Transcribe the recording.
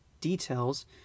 details